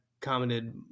commented